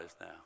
now